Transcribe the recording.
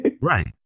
right